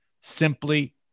simply